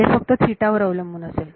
ते फक्त वर अवलंबून असेल